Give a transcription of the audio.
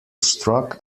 struck